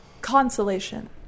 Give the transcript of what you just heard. Consolation